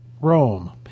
Rome